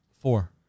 Four